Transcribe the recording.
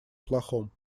плохом